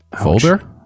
Folder